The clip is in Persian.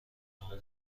آمد